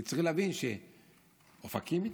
כי צריך להבין שאופקים התפתחה,